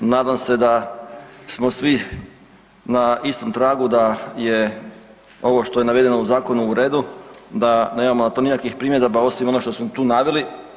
Nadam se da smo svi na istom tragu da je ovo što je navedeno u zakonu u redu, da nemamo na to nikakvih primjedaba osim ono što smo tu naveli.